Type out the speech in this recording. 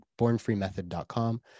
BornFreeMethod.com